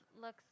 looks